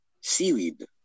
seaweed